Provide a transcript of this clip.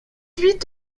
huit